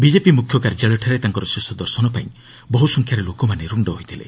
BJP ମୁଖ୍ୟ କାର୍ଯ୍ୟାଳୟଠାରେ ତାଙ୍କର ଶେଷ ଦର୍ଶନପାଇଁ ବହୁ ସଂଖ୍ୟାରେ ଲୋକମାନେ ରୁଣ୍ଡ ହୋଇଥିଲେ